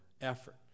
effort